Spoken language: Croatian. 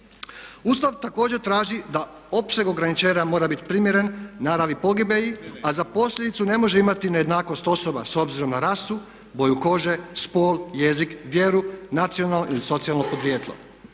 Ustav također traži da opseg ograničenja mora biti primjeren naravi pogibelji, a za posljedicu ne može imati nejednakost osoba s obzirom na rasu, boju kože, spol, jezik, vjeru, nacionalno ili socijalno podrijetlo.